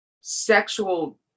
sexual